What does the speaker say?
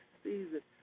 season